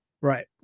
Right